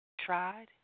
tried